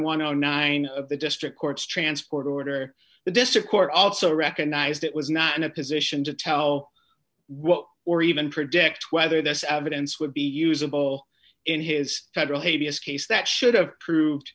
dollars of the district court's transport order the district court also recognized it was not in a position to tell what or even predict whether this evidence would be usable in his federal hey b s case that should have proved